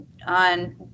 On